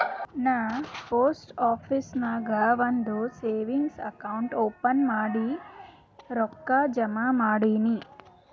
ನಾ post office ನಾಗ್ ಒಂದ್ ಸೇವಿಂಗ್ಸ್ ಅಕೌಂಟ್ ಓಪನ್ ಮಾಡಿ ರೊಕ್ಕಾ ಜಮಾ ಮಾಡಿನಿ